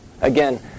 again